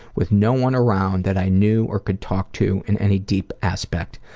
with no one around that i knew or could talk to in any deep aspect,